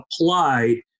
applied